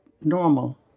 normal